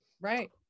right